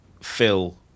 Phil